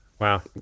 Wow